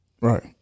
Right